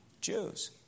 Jews